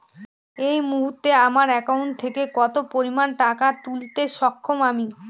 এই মুহূর্তে আমার একাউন্ট থেকে কত পরিমান টাকা তুলতে সক্ষম আমি?